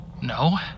No